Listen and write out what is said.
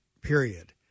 period